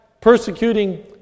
persecuting